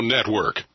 Network